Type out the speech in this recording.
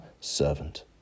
servant